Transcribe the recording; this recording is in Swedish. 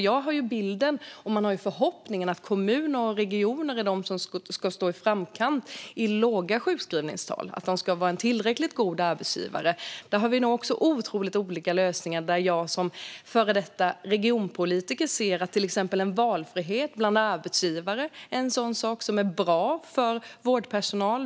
Jag har ju bilden och förhoppningen att kommuner och regioner ska vara tillräckligt goda arbetsgivare för att stå i framkant när det gäller låga sjukskrivningstal. Där har vi nog också otroligt olika lösningar. Jag som före detta regionpolitiker ser till exempel att valfrihet när det gäller arbetsgivare är en sådan sak som är bra för vårdpersonal.